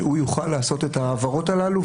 שהוא יוכל לעשות את ההעברות הללו,